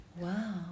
wow